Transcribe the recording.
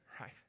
right